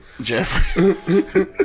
Jeffrey